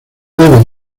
debe